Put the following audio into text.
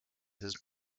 his